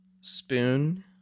Spoon